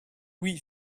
oui